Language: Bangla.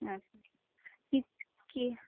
আচ্ছা কি কি